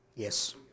Yes